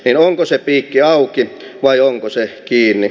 en onko se piikki auki vai onko se kiinni